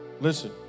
Listen